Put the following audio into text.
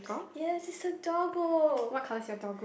yes it's a doggo